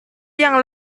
yang